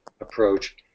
approach